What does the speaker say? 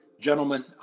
gentlemen